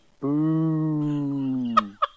BOOM